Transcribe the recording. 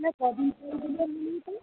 স্কুলের ক দিন নেই তো